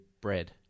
bread